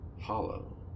Hollow